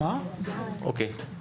אוקיי.